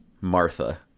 Martha